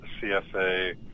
CFA